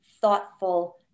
thoughtful